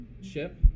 ship